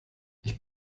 ich